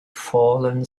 fallen